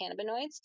cannabinoids